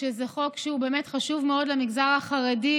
שהוא חוק שהוא באמת חשוב מאוד למגזר החרדי,